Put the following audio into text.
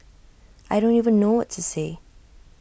I don't even know what to say